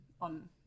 on